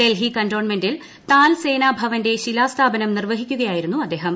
ഡൽഹി കന്റോൺമെന്റിൽ താൽ സേനാ ഭവന്റെ ശിലാസ്ഥാപനം നിർവ്വഹിക്കുകയായിരുന്നു അദ്ദേഹം